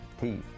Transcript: teeth